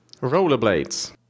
Rollerblades